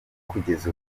kugeza